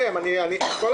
אתם לא נותנים לי לסיים.